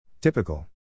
Typical